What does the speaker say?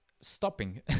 stopping